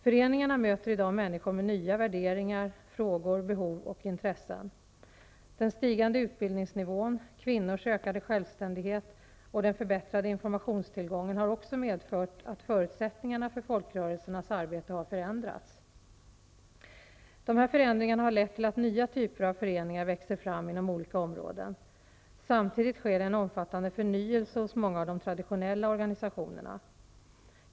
Föreningarna möter i dag människor med nya värderingar, frågor, behov och intressen. Den stigande utbildningsnivån, kvinnors ökade självständighet och den förbättrade informationstillgången har också medfört att förutsättningarna för folkrörelsernas arbete har förändrats. De här förändringarna har lett till att nya typer av föreningar växer fram inom olika områden. Samtidigt sker det en omfattande förnyelse hos många av de traditionella organisationerna.